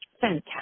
fantastic